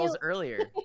earlier